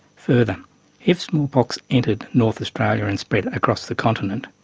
further if smallpox entered north australia and spread across the continent,